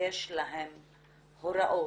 יש להם הוראות,